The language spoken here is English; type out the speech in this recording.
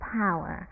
power